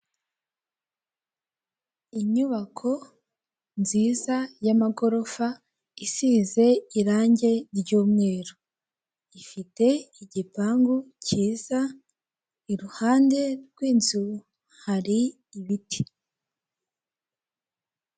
Inyubako nziza y'amagorofa, isize irange ry'umweru, ifite igipangu cyiza, iruhande rw'inzu hari ibiti.